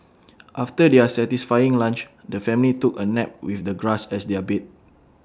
after their satisfying lunch the family took A nap with the grass as their bed